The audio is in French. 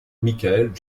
michael